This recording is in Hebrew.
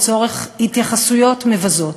לצורך התייחסויות מבזות,